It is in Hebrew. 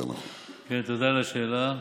תודה על השאלה.